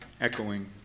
echoing